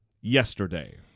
yesterday